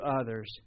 others